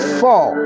four